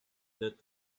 that